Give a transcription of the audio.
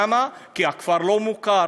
למה, כי הכפר לא מוכר?